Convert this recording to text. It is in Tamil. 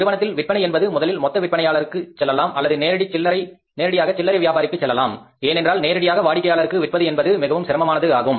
நிறுவனத்தில் விற்பனை என்பது முதலில் மொத்த விற்பனையாளர்களுக்கு செல்லலாம் அல்லது நேரடியாக சில்லறை விற்பனையாளர்களுக்கு செல்லலாம் ஏனென்றால் நேரடியாக வாடிக்கையாளருக்கு விற்பது என்பது மிகவும் சிரமமானதாகும்